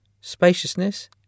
spaciousness